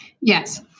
Yes